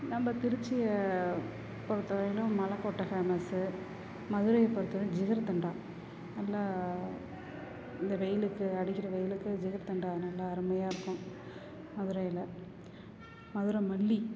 நம்ப திருச்சியை பொறுத்த வரையிலும் மலைக்கோட்ட ஃபேமஸ்ஸு மதுரையை பொறுத்த வரையும் ஜிகிருதண்டா நல்லா இந்த வெயிலுக்கு அடிக்கிற வெயிலுக்கு ஜிகிருதண்டா நல்லா அருமையாக இருக்கும் மதுரையில் மதுரை மல்லி